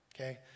Okay